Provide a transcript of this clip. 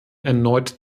erneut